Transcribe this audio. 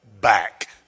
back